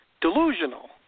Delusional